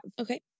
Okay